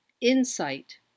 insight